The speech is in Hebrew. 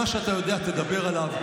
מה שאתה יודע, תדבר עליו.